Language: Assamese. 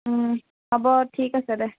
হ'ব ঠিক আছে দে